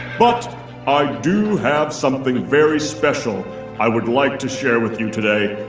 but i do have something very special i would like to share with you today.